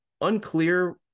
Unclear